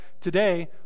today